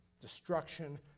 Destruction